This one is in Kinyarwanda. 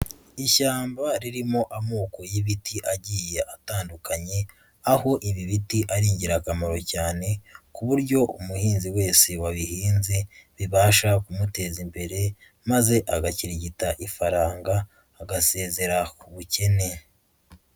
Ishyamba ririmo amoko y'ibiti agiye atandukanye, aho ibi biti ari ingirakamaro cyane ku buryo umuhinzi wese wabihinze bibasha kumuteza imbere maze agakirigita ifaranga agasezera ku bukene.